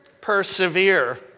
persevere